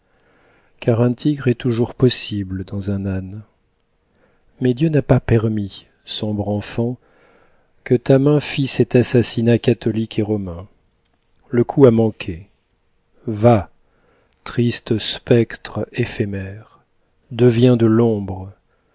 car un tigre est toujours possible dans un âne mais dieu n'a pas permis sombre enfant que ta main fit cet assassinat catholique et romain le coup a manqué va triste spectre éphémère deviens de l'ombre